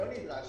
לא נדרש,